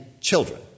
children